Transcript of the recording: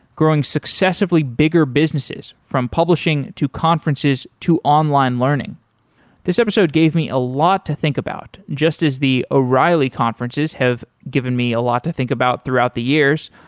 growing successively bigger businesses. from publishing to conferences, to online learning this episode gave me a lot to think about, just as the o'reilly conferences have given me a lot to think about throughout the years,